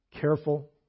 careful